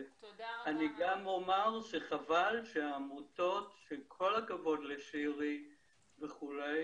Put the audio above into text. אני גם אומר שחבל שהעמותות עם כל הכבוד לשירי וכו'